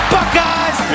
Buckeyes